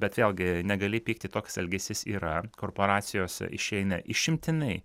bet vėlgi negali pykti toks elgesys yra korporacijos išeina išimtinai